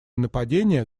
нападения